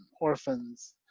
orphans